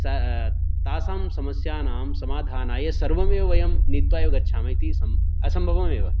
स तासां समस्यानां समाधानाय सर्वमेव वयं नीत्वा एव गच्छामः इति सम् असम्भवमेव